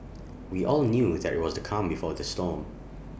we all knew that IT was the calm before the storm